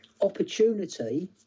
opportunity